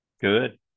Good